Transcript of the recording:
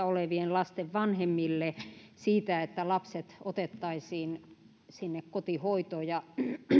olevien lasten vanhemmille siitä että lapset otettaisiin sinne kotihoitoon ja